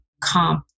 comp